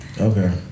Okay